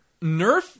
Nerf